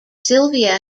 sylvia